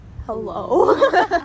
Hello